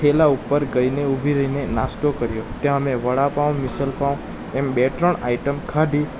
થઠેલા ઉપર ગઈને ઊભી રહીને નાસ્તો કર્યો ત્યાં અમે વડાપાવ મિસળ પાવ એમ બે ત્રણ આઈટમ ખાધી